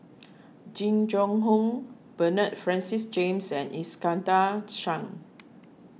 Jing Jun Hong Bernard Francis James and Iskandar Shah